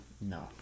No